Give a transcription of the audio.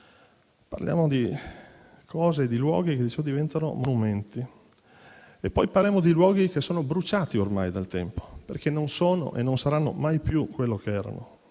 Parliamo di luoghi che diventano monumenti e poi parliamo di luoghi che sono bruciati ormai dal tempo, perché non sono e non saranno mai più quello che erano.